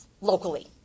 locally